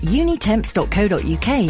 unitemps.co.uk